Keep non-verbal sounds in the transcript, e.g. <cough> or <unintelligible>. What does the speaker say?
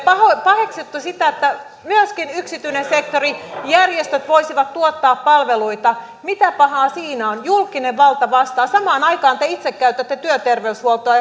paheksutte sitä että myöskin yksityinen sektori ja järjestöt voisivat tuottaa palveluita mitä pahaa siinä on julkinen valta vastaa samaan aikaan te itse käytätte työterveyshuoltoa <unintelligible>